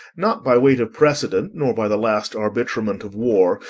not by weight of precedent, nor by the last arbitrament of war,